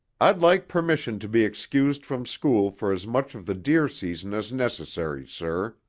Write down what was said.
i'd like permission to be excused from school for as much of the deer season as necessary, sir,